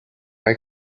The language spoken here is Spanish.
hay